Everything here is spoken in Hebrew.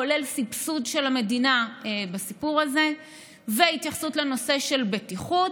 כולל סבסוד של המדינה בסיפור הזה והתייחסות לנושא של בטיחות,